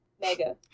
Mega